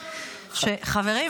חברים,